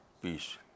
peace